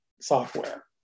software